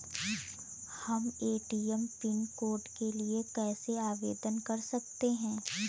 हम ATM pin code के लिए कैसे आवेदन कर सकते हैं?